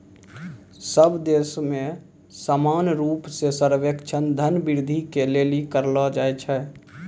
सब देश मे समान रूप से सर्वेक्षण धन वृद्धि के लिली करलो जाय छै